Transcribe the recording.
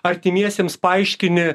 artimiesiems paaiškini